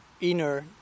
inner